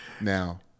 Now